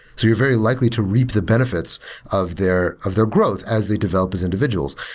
you're very likely to reap the benefits of their of their growth as they develop as individuals.